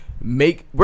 make